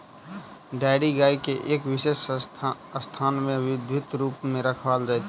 dairy गाय के एक विशेष स्थान मे विधिवत रूप सॅ राखल जाइत छै